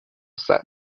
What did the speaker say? set